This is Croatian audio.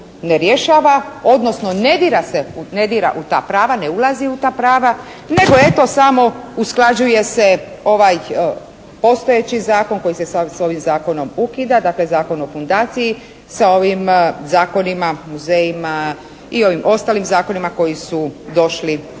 ne rješava, odnosno ne dira u ta prava, ne ulazi u ta prava nego eto samo usklađuje se ovaj postojeći zakon koji se s ovim zakonom ukida, dakle Zakon o fundaciji sa ovim zakonima o muzejima i ovim ostalim zakonima koji su došli nakon